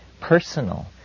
personal